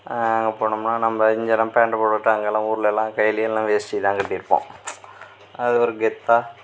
அங்கே போனோம்னால் நம்ம இங்கே தான் பேண்ட் போட்டுட்டு அங்கேலாம் ஊர்லேலாம் கைலி இல்லேன்னா வேஷ்டி தான் கட்டிருப்போம் அது ஒரு கெத்தா